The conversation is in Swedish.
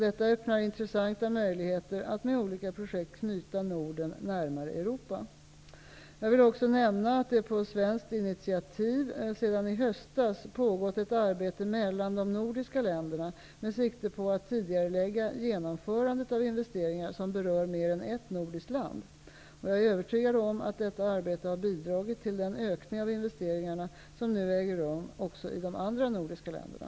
Detta öppnar intressanta möjligheter att med olika projekt knyta Jag vill också nämna att det på svenskt initiativ sedan i höstas pågått ett arbete mellan de nordiska länderna, med sikte på att tidigarelägga genomförandet av infrastrukturinvesteringar som berör mer än ett nordiskt land. Jag är övertygad om att detta arbete har bidragit till den ökning av investeringarna som nu äger rum också i de andra nordiska länderna.